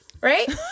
right